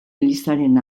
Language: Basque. elizaren